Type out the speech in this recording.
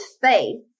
faith